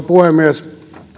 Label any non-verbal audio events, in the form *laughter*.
*unintelligible* puhemies